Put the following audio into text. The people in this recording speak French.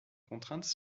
contrainte